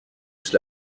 juste